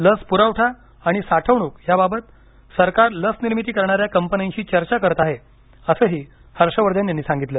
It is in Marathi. लस पुरवठा आणि साठवणूक याबाबत सरकार लस निर्मिती करणाऱ्या कंपन्यांशी चर्चा करत आहे असंही हर्ष वर्धन यांनी सांगितलं